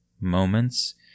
moments